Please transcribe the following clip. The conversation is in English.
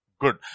Good